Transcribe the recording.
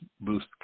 boost